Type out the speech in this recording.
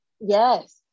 yes